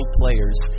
players